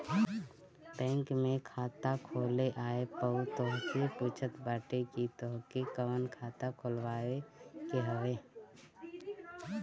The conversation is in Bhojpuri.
बैंक में खाता खोले आए पअ उ तोहसे पूछत बाटे की तोहके कवन खाता खोलवावे के हवे